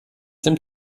dem